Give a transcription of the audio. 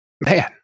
man